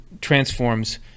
transforms